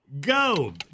go